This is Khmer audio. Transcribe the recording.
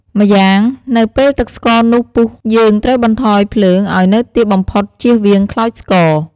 ម្យ៉ាងនៅពេលទឹកស្ករនោះពុះយើង ត្រូវបន្ថយភ្លើងឲ្យនៅទាបបំផុតជៀសវាងខ្លោចស្ករ។